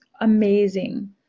amazing